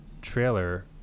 trailer